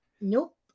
nope